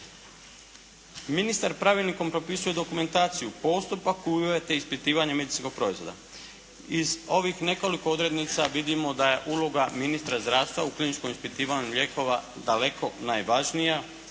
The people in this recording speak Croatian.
Ministar pravilnikom propisuje dokumentaciju, postupak i uvjete ispitivanja medicinskog proizvoda. Iz ovih nekoliko odrednica vidimo da je uloga ministra zdravstva u kliničkom ispitivanju lijekova daleko najvažnija